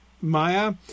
Maya